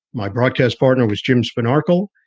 my broadcast partner was jim sponaugle.